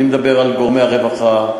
אני מדבר על גורמי הרווחה,